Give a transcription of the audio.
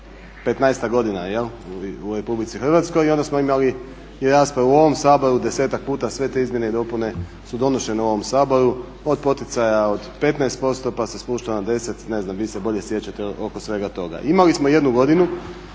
15-ak godina u Republici Hrvatskoj i onda smo imali i raspravu u ovom Saboru 10-ak puta, sve te izmjene i dopune su donošenje u ovom Saboru od poticaja od 15% pa se spušta na 10, ne znam vi se bolje sjećate oko svega toga. Imali smo jednu godinu